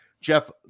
Jeff